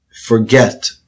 forget